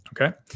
okay